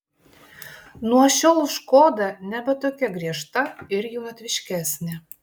nuo šiol škoda nebe tokia griežta ir jaunatviškesnė